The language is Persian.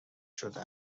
شده